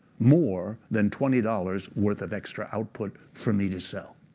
more than twenty dollars worth of extra output for me to sell.